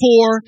four